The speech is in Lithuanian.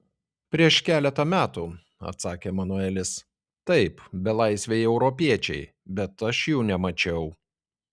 prieš keletą metų atsakė manuelis taip belaisviai europiečiai bet aš jų nemačiau